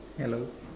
hello